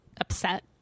upset